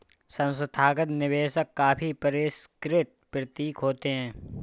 संस्थागत निवेशक काफी परिष्कृत प्रतीत होते हैं